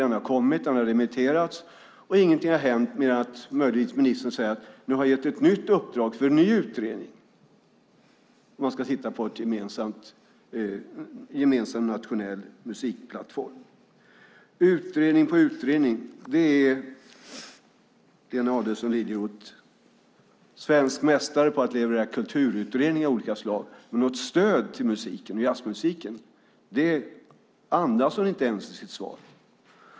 Den har kommit, den har remitterats och ingenting har hänt förutom att ministern möjligtvis säger: Nu har jag gett ett nytt uppdrag för en ny utredning där man ska titta på en gemensam nationell musikplattform. Det är utredning på utredning. Lena Adelsohn Liljeroth är svensk mästare i att leverera kulturutredningar av olika slag, men något stöd till jazzmusiken andas hon inte ens om i sitt svar.